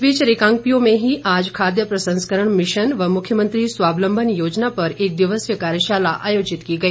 इस बीच रिकांगपिओ में ही आज खाद्य प्रसंस्करण मिशन व मुख्यमंत्री स्वावलम्बन योजना पर एक दिवसीय कार्यशाला आयोजित की गई